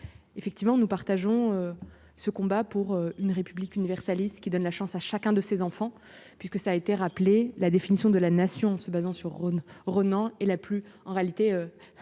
effectivement, nous partageons ce combat pour une République universaliste qui donne la chance à chacun de ses enfants, puisque ça a été rappelé la définition de la nation, se basant sur Rhône Ronan et la plus en réalité la